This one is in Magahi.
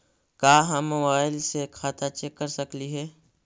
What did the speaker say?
का हम मोबाईल से खाता चेक कर सकली हे?